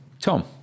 tom